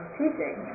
teaching